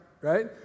Right